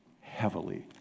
heavily